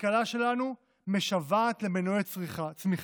הכלכלה שלנו משוועת למנועי צמיחה.